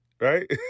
Right